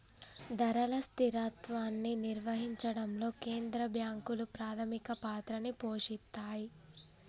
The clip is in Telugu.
ధరల స్థిరత్వాన్ని నిర్వహించడంలో కేంద్ర బ్యాంకులు ప్రాథమిక పాత్రని పోషిత్తాయ్